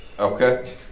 Okay